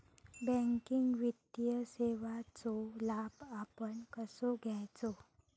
Banking वित्तीय सेवाचो लाभ आपण कसो घेयाचो?